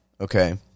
okay